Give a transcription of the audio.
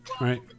right